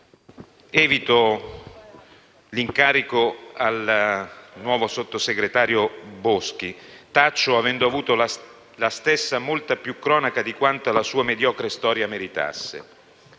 dell'incarico al nuovo sottosegretario Boschi: taccio, avendo avuto la stessa molta più cronaca di quanta la sua mediocre storia meritasse.